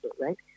Right